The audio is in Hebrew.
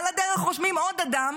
על הדרך רושמים עוד אדם